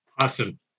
Awesome